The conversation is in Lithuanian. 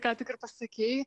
ką tik ir pasakei